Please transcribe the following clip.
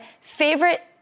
favorite